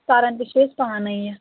کَرَان تہِ چھِو أسۍ پانے یہِ